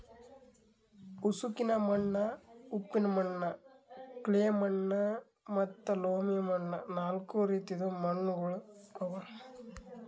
ಉಸುಕಿನ ಮಣ್ಣ, ಉಪ್ಪಿನ ಮಣ್ಣ, ಕ್ಲೇ ಮಣ್ಣ ಮತ್ತ ಲೋಮಿ ಮಣ್ಣ ನಾಲ್ಕು ರೀತಿದು ಮಣ್ಣುಗೊಳ್ ಅವಾ